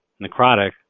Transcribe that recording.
necrotic